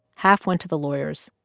half went to the lawyers.